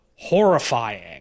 horrifying